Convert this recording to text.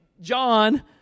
John